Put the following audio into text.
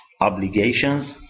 obligations